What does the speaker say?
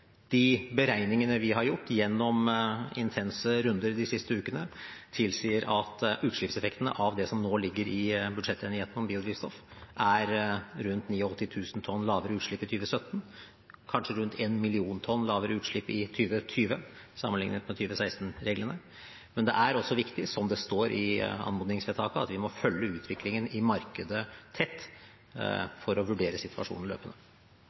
De beregningene vi har gjort gjennom intense runder de siste ukene, tilsier at utslippseffekten av det som nå ligger i budsjettenigheten om biodrivstoff, er rundt 89 000 tonn lavere utslipp i 2017, kanskje rundt en million tonn lavere utslipp i 2020, sammenlignet med 2016-reglene. Men det er også viktig, som det står i anmodningsvedtaket, at vi følger utviklingen i markedet tett for å vurdere situasjonen løpende.